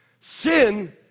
Sin